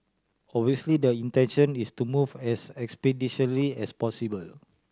obviously the intention is to move as expeditiously as possible